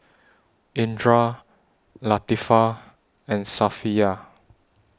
Indra Latifa and Safiya